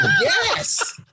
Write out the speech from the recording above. Yes